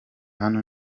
hano